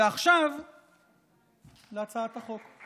ועכשיו להצעת החוק.